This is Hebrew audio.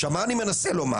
עכשיו מה אני מנסה לומר,